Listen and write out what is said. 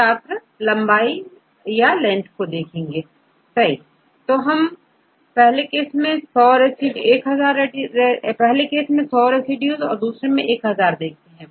छात्र लेंथ या लंबाई सही क्योंकि पहले केस में 100 रेसिड्यूज है और दूसरे में1000 है